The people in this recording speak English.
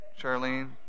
Charlene